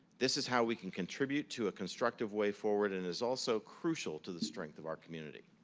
this is how we can contribute to a constructive way forward and is also crucial to the strength of our community.